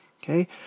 Okay